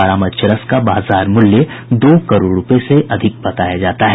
बरामद चरस का बाजार मूल्य दो करोड़ रूपये से अधिक बताया जाता है